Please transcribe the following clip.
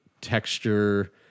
texture